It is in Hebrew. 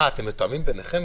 אתם מתואמים ביניכם?